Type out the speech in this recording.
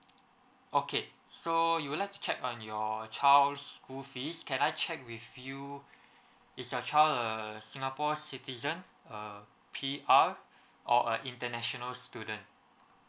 okay so you would like to check on your child's school fees can I check with you is your child err singapore citizen a P_R or a international student